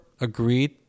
agreed